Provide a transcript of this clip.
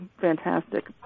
fantastic